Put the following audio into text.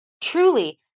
truly